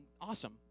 Awesome